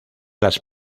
las